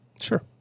Sure